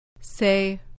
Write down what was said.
Say